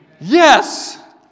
Yes